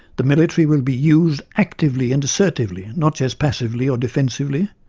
the military will be used actively and assertively, not just passively or defensively.